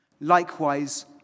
Likewise